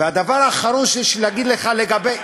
והדבר האחרון שיש לי להגיד לך לגבי,